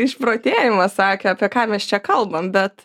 išprotėjimas sakė apie ką mes čia kalbam bet